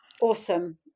awesome